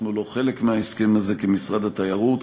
אנחנו לא חלק מההסכם הזה, כמשרד התיירות.